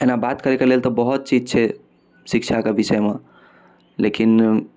एना बात करैके लेल तऽ बहुत चीज छै शिक्षाके विषयमे लेकिन